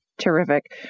Terrific